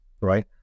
right